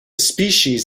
species